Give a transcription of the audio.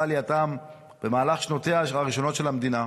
עלייתם במהלך שנותיה הראשונות של המדינה,